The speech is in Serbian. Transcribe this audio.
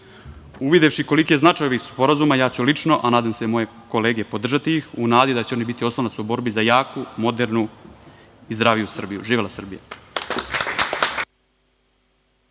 Srbije. Uvidevši koliki je značaj ovih sporazuma, ja ću lično, a nadam se i moje kolege, podržati ih u nadi da će oni biti oslonac u borbi za jaku, modernu i zdraviju Srbiju. Živela Srbija.